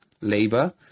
labor